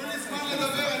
תנו לי זמן לדבר,